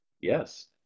Yes